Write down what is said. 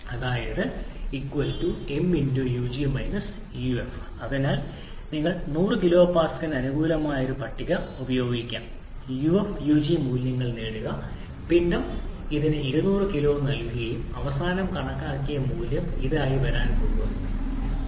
അതായത് 𝑚 𝑢𝑔 𝑢𝑓 അതിനാൽ നിങ്ങൾക്ക് 100 kPa ന് അനുയോജ്യമായ ഒരു പട്ടിക ഉപയോഗിക്കാം uf ug മൂല്യങ്ങൾ നേടുക പിണ്ഡം ഇതിന് 200 കിലോ നൽകുകയും അവസാനം കണക്കാക്കിയ മൂല്യം ഇതായി വരാൻ പോകുന്നു 417